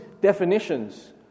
definitions